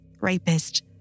Rapist